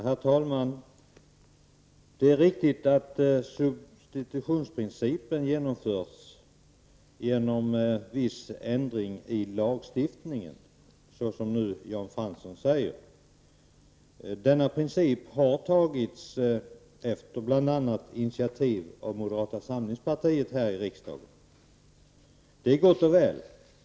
Herr talman! Det är riktigt som Jan Fransson säger, att substitutionsprincipen införs genom viss ändring i lagstiftningen. Denna princip har antagits efter bl.a. initiativ av moderata samlingspartiet här i riksdagen. Det är gott och väl.